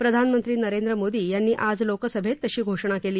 प्रधानमंत्री नरेंद्र मोदी यांनी आज लोकसभेत तशी घोषणा केली